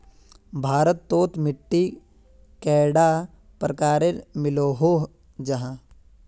भारत तोत मिट्टी कैडा प्रकारेर मिलोहो जाहा?